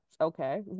Okay